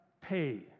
pay